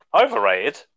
Overrated